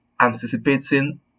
anticipating